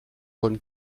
von